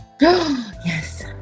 Yes